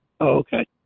Okay